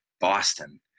boston